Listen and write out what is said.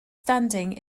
standing